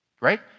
right